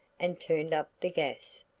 and turned up the gas.